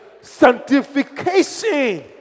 sanctification